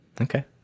Okay